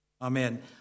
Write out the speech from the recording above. Amen